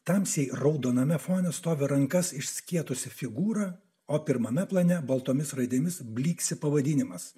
tamsiai raudoname fone stovi rankas išskėtusi figūra o pirmame plane baltomis raidėmis blyksi pavadinimas